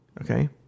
Okay